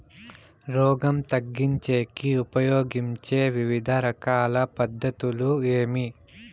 రోగం తగ్గించేకి ఉపయోగించే వివిధ రకాల పద్ధతులు ఏమి?